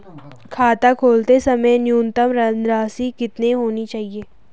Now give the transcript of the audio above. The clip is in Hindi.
खाता खोलते समय न्यूनतम धनराशि कितनी होनी चाहिए?